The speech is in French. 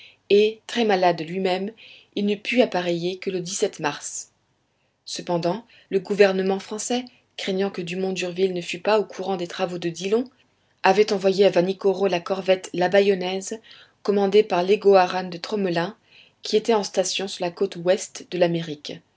et très malade lui-même il ne put appareiller que le mars cependant le gouvernement français craignant que dumont d'urville ne fût pas au courant des travaux de dillon avait envoyé à vanikoro la corvette la bayonnaise commandée par legoarant de tromelin qui était en station sur la côte ouest de l'amérique